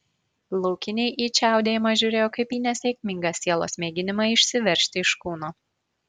laukiniai į čiaudėjimą žiūrėjo kaip į nesėkmingą sielos mėginimą išsiveržti iš kūno